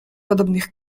podobnych